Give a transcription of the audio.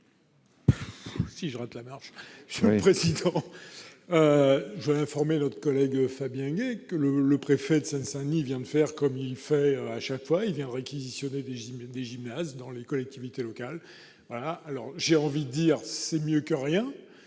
pour explication de vote. J'informe notre collègue Fabien Gay que le préfet de Seine-Saint-Denis vient, comme il le fait chaque fois, de réquisitionner des gymnases dans les collectivités locales. J'ai envie de dire que c'est mieux que rien.